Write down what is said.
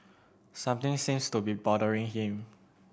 something seems to be bothering him